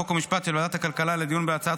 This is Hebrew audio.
חוק ומשפט ושל ועדת הכלכלה לדיון בהצעת